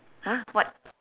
!huh! what